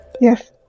Yes